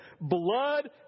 Blood